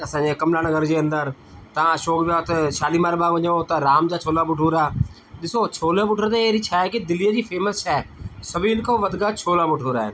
असांजे कमलानगर जे अंदरि तव्हां अशोक विया त शालीमार बाग़ु वञो त राम जा छोला भटूरा ॾिसो छोले भटूरे त अहिड़ी शहे आहे की दिल्लीअ जी फेमस शइ आहे सभिनि खां वधीक छोला भटूरा आइन